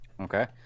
Okay